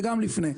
וגם לפני.